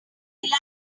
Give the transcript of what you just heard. light